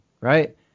right